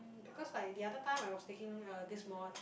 um because like the other time I was taking uh this mod